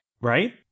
Right